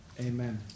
amen